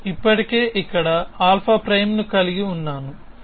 నేను ఇప్పటికే ఇక్కడ α' కలిగి ఉన్నాను